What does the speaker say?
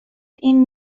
این